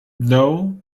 though